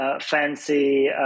fancy